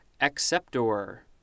acceptor